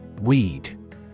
Weed